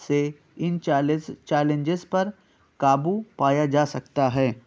سے ان چیلنجز پر قابو پایا جا سکتا ہے